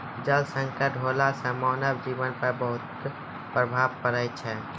जल संकट होला सें मानव जीवन पर बहुत प्रभाव पड़ै छै